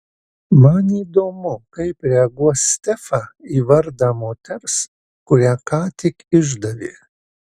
man įdomu kaip reaguos stefa į vardą moters kurią ką tik išdavė